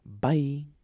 Bye